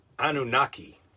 Anunnaki